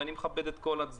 ואני מכבד את כל הצדדים,